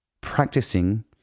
practicing